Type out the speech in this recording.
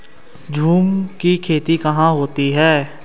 झूम की खेती कहाँ होती है?